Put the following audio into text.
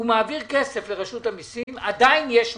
הוא מעביר כסף לרשות המסים, עדיין יש מע"מ,